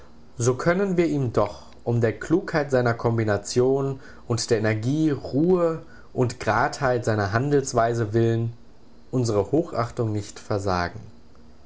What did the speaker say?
so können wir ihm doch um der klugheit seiner kombination und der energie ruhe und gradheit seiner handelsweise willen unsre hochachtung nicht versagen